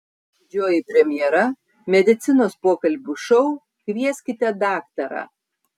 didžioji premjera medicinos pokalbių šou kvieskite daktarą